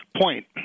point